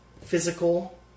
physical